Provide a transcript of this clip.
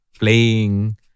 Playing